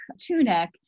tunic